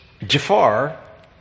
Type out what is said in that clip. Jafar